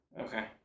Okay